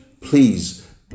Please